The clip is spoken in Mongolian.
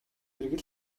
зэрэг